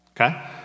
okay